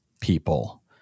people